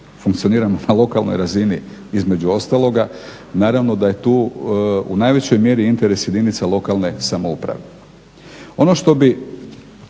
funkcioniramo na lokalnoj razini između ostaloga, naravno da je tu u najvećoj mjeri interes jedinica lokalne samouprave.